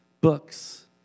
books